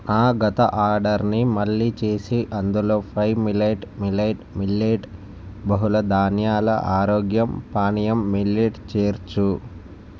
నా గత ఆర్డర్ని మళ్ళీ చేసి అందులో ఫైవ్ మిలైట్ మిలైట్ మిల్లెట్ బహుళ ధాన్యాల ఆరోగ్య పానీయం మిల్లెట్ చేర్చు